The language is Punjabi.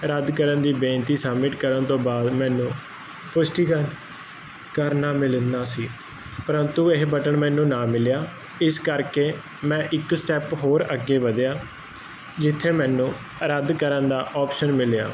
ਰੱਦ ਕਰਨ ਦੀ ਬੇਨਤੀ ਸਬਮਿਟ ਕਰਨ ਤੋਂ ਬਾਅਦ ਮੈਨੂੰ ਪੁਸ਼ਟੀ ਕਰ ਕਰਨਾ ਮਿਲਣਾ ਸੀ ਪਰੰਤੂ ਇਹ ਬਟਨ ਮੈਨੂੰ ਨਾ ਮਿਲਿਆ ਇਸ ਕਰਕੇ ਮੈਂ ਇੱਕ ਸਟੈਪ ਹੋਰ ਅੱਗੇ ਵਧਿਆ ਜਿੱਥੇ ਮੈਨੂੰ ਰੱਦ ਕਰਨ ਦਾ ਆਪਸ਼ਨ ਮਿਲਿਆ